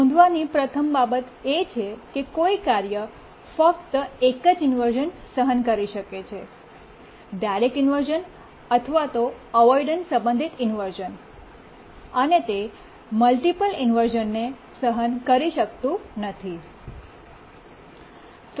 નોંધવાની પ્રથમ બાબત એ છે કે કોઈ કાર્ય ફક્ત એક જ ઇન્વર્શ઼ન સહન કરી શકે છે ડાયરેક્ટ ઇન્વર્શ઼ન અથવા તો અવોઇડન્સ સંબંધિત ઇન્વર્શ઼ન અને તે મલ્ટિપલ ઇન્વર્શ઼નને સહન કરી શકતું નથી